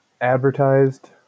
advertised